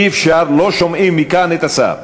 אי-אפשר, לא שומעים מכאן את השר.